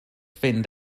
fynd